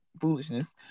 foolishness